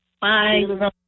Bye